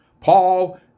Paul